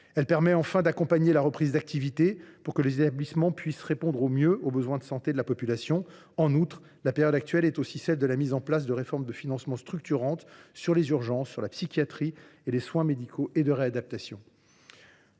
Elle permet enfin d’accompagner la reprise d’activité, pour que les établissements puissent répondre au mieux aux besoins de santé de la population. En outre, la période actuelle est aussi celle de la mise en place de réformes de financement structurantes sur les urgences, la psychiatrie, ainsi que les soins médicaux et de réadaptation